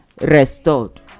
restored